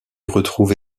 retrouve